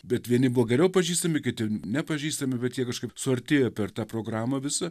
bet vieni buvo geriau pažįstami kiti nepažįstami bet jie kažkaip suartėja per tą programą visą